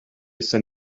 san